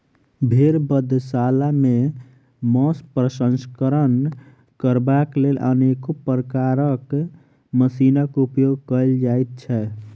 भेंड़ बधशाला मे मौंस प्रसंस्करण करबाक लेल अनेको प्रकारक मशीनक उपयोग कयल जाइत छै